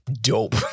dope